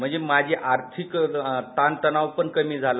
म्हणजे माझा आर्थिक ताणतणाव पण कमी झाला